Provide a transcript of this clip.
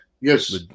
yes